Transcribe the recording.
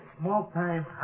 small-time